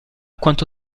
quanto